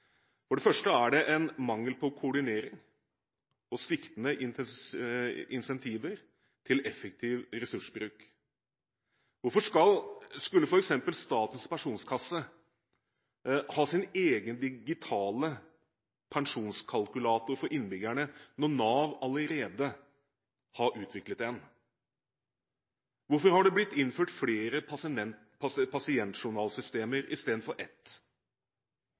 For det første er det en mangel på koordinering og sviktende incentiver til effektiv ressursbruk. Hvorfor skulle f.eks. Statens pensjonskasse ha sin egen digitale pensjonskalkulator for innbyggerne, når Nav allerede hadde utviklet en? Hvorfor har det blitt innført flere pasientjournalsystemer istedenfor at man har ett?